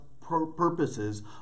purposes